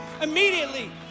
immediately